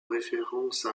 référence